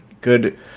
good